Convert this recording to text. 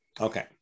Okay